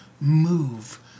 move